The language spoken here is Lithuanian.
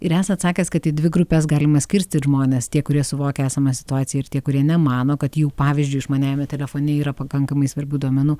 ir esat sakęs kad į dvi grupes galima skirstyt žmones tie kurie suvokia esamą situaciją ir tie kurie nemano kad jų pavyzdžiui išmaniajame telefone yra pakankamai svarbių duomenų